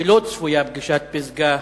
שלא צפויה פגישת פסגה